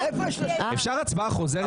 אפשר הצבעה חוזרת?